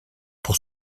pour